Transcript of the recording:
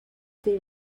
they